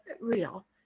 real